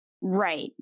Right